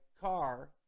car